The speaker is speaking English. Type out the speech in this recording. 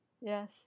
Yes